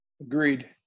Agreed